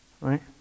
Right